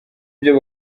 byo